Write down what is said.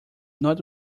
not